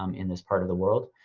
um in this part of the world.